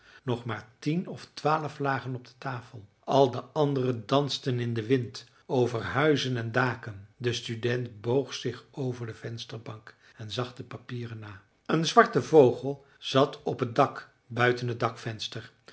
nog maar een tien of twaalf lagen op de tafel al de andere dansten in den wind over huizen en daken de student boog zich over de vensterbank en zag de papieren na een zwarte vogel zat op het dak buiten t dakvenster